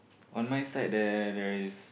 on my side there there is